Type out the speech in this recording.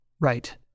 Right